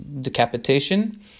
decapitation